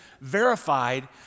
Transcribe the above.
verified